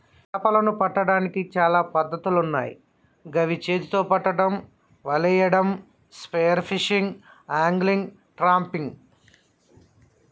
చేపలను పట్టడానికి చాలా పద్ధతులున్నాయ్ గవి చేతితొ పట్టడం, వలేయడం, స్పియర్ ఫిషింగ్, ఆంగ్లిగ్, ట్రాపింగ్